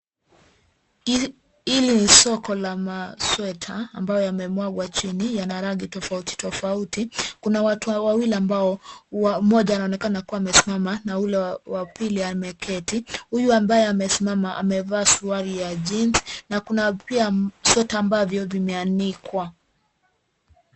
Hili ni soko la masweta ambayo yamemwagwa chini yana rangi tofauti tofauti. Kuna watu wawili ambao umoja anaonekana kuwa amesimama na ule wa pili ameketi. Huyu ambaye amesimama amevaa suruali ya jeans na kuna pia sweta ambavyo vimeanikwa.